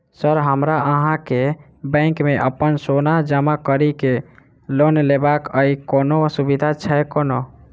Sir हमरा अहाँक bank मे अप्पन सोना जमा करि केँ लोन लेबाक अई कोनो सुविधा छैय कोनो?